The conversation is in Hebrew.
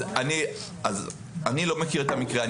אני לא מכיר את המקרה.